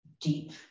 deep